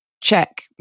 check